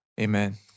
Amen